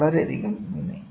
വളരെയധികം നന്ദി